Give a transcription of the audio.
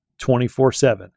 24/7